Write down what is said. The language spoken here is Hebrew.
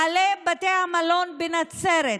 בעלי בתי המלון בנצרת,